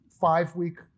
five-week